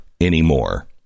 anymore